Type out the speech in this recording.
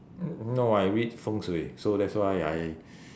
no I read feng shui so that's why I